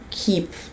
keep